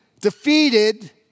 defeated